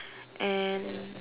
and